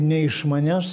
ne iš manęs